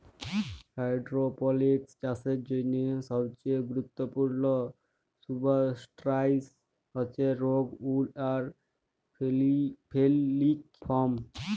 hydroponics চাষের জ্যনহে সবচাঁয়ে গুরুত্তপুর্ল সুবস্ট্রাটাস হছে রোক উল আর ফেললিক ফম